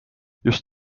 just